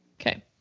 Okay